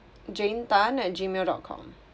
jane tan at gmail dot com